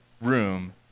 room